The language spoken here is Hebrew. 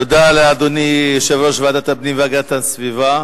תודה לאדוני, יושב-ראש ועדת הפנים והגנת הסביבה.